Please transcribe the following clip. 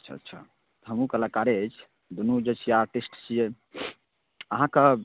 अच्छा अच्छा हमहूँ कलाकारे अछि दुनू जे छियै आर्टिस्ट छियै अहाँके